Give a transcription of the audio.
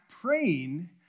praying